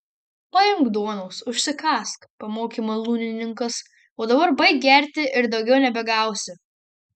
paimk duonos užsikąsk pamokė malūnininkas o dabar baik gerti ir daugiau nebegausi